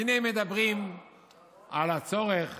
הינה הם מדברים על הצורך